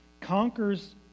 conquers